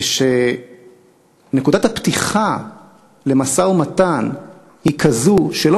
כשנקודת הפתיחה למשא-ומתן היא כזו שלא